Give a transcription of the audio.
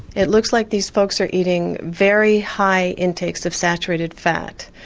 it looks like these folks are eating very high intakes of saturated fat,